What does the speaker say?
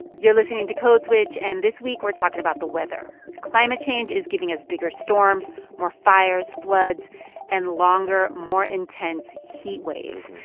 you're listening to code switch. and this week, we're talking about the weather. climate change is giving us bigger storms, more fires, floods and longer, more intense heat waves.